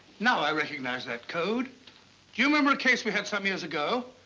now i recognize that code. do you remember a case we had some years ago?